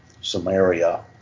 Samaria